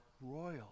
royal